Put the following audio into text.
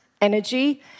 energy